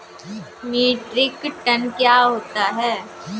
Metric ton क्या होता है?